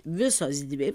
visos dvi